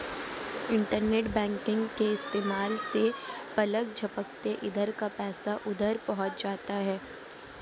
internet banking के इस्तेमाल से पलक झपकते इधर का पैसा उधर पहुँच जाता है